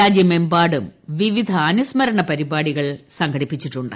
രാജ്യമെമ്പാടും വിവിധ അനുസ്മരണ പരിപാടികൾ സംഘടിപ്പിച്ചിട്ടുണ്ട്